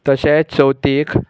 तशेंच चवथीक